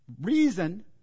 reason